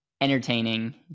entertaining